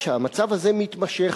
כשהמצב הזה מתמשך,